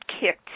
kicked